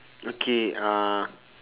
okay uh